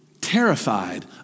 terrified